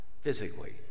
physically